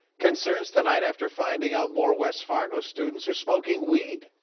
concerns tonight after finding out more west fargo students are smoking weed.